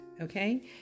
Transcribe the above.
Okay